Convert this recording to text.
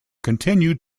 continued